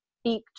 speak